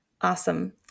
Awesome